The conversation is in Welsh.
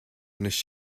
nes